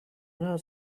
know